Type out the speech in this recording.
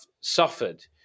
suffered